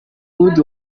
good